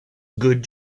good